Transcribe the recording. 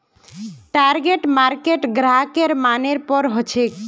target market ग्राहकेर मनेर पर हछेक